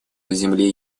земли